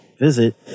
Visit